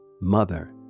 mother